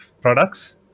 products